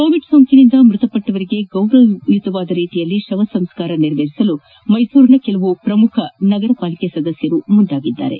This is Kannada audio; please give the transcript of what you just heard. ಕೋವಿಡ್ ಸೋಂಕಿನಿಂದ ಮ್ಯತಪಟ್ಟವರಿಗೆ ಗೌರವಯುತ ರೀತಿಯಲ್ಲಿ ಶವ ಸಂಸ್ಕಾರ ನೆರವೇರಿಸಲು ಮೈಸೂರಿನ ಕೆಲವು ಸಮಾಜಮುಖಿ ನಗರ ಪಾಲಿಕೆ ಸದಸ್ಯರು ಮುಂದಾಗಿದ್ದಾರೆ